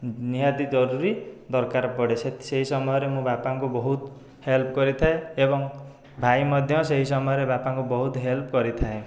ନିହାତି ଜରୁରୀ ଦରକାର ପଡ଼େ ସେଇ ସେହି ସମୟରେ ମୁଁ ବାପାଙ୍କୁ ବହୁତ ହେଲ୍ପ କରିଥାଏ ଏବଂ ଭାଇ ମଧ୍ୟ ସେହି ସମୟରେ ବାପାଙ୍କୁ ବହୁତ ହେଲ୍ପ କରିଥାଏ